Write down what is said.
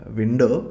window